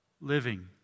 living